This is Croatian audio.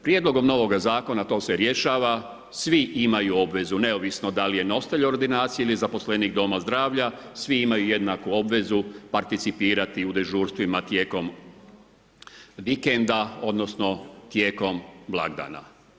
Prijedlogom novoga zakona to se rješava, svi imaju obvezu neovisno da li je nositelj ordinacije ili je zaposlenik doma zdravlja, svi imaju jednaku obvezu participirati u dežurstvima tijekom vikenda, odnosno tijekom blagdana.